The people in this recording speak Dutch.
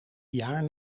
jaar